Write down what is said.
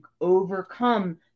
overcome